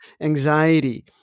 anxiety